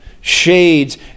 shades